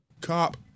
cop